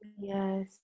yes